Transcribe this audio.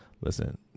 listen